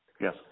Yes